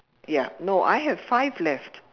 ya no I have five left